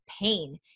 pain